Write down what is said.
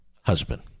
husband